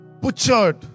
butchered